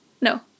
No